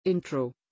Intro